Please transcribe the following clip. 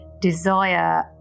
desire